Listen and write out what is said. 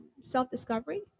self-discovery